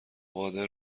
قادر